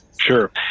sure